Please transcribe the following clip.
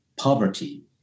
poverty